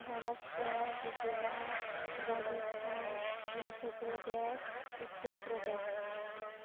Maharashtra Gujarat Rajasthan Madhya' Pradesh Uttar Pradesh